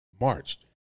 marched